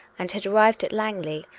and had arrived at langley,